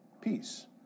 peace